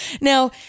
Now